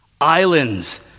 Islands